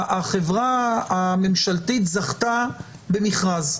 החברה הממשלתית זכתה במכרז,